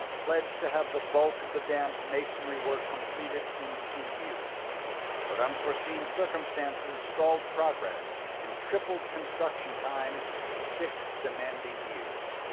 pledged to have the bulk of the dams masonry work completed in two years but unforeseen circumstances stalled progress and tripled construction time to six demanding years.